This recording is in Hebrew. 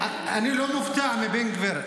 אני לא מופתע מבן גביר.